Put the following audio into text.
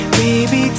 baby